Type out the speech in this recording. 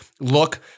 look